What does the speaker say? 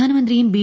പ്രധാനമന്ത്രിയും ബി